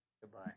Goodbye